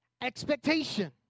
expectation